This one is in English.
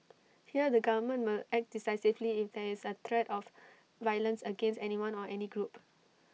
here the government will act decisively if there is threat of violence against anyone or any group